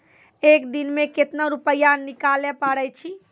एक दिन मे केतना रुपैया निकाले पारै छी?